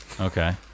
Okay